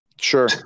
Sure